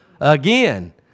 Again